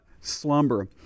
Slumber